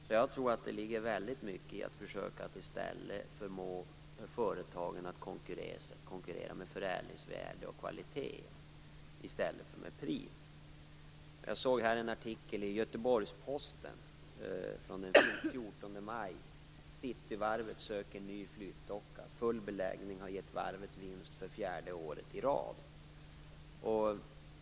Jag tror därför att det ligger väldigt mycket i att försöka förmå företagen att konkurrera med förädlingsvärde och kvalitet i stället för med pris. Jag såg en artikel i Göteborgs Posten från den 14 maj där man skrev att Cityvarvet söker ny flytdocka och att full beläggning har gett varvet vinst för fjärde året i rad.